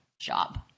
job